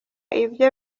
ibye